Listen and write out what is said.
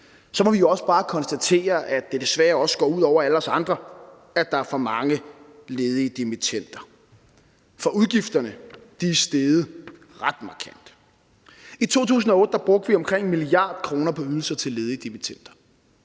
så må vi jo også bare konstatere, at det desværre også går ud over alle os andre, at der er for mange ledige dimittender. For udgifterne er steget ret markant. I 2008 brugte vi omkring 1 mia. kr. på ydelser til ledige dimittender.